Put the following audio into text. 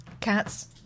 Cats